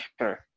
sure